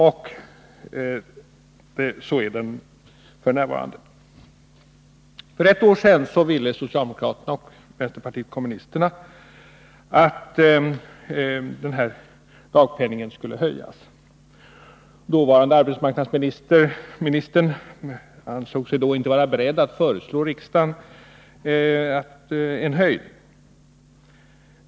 — detta är det belopp som f. n. utgår. För ett år sedan ville socialdemokraterna och vänsterpartiet kommunisterna att dagpenningen skulle höjas. Den dåvarande arbetsmarknadsministern ansåg sig då inte vara beredd att föreslå riksdagen en höjning.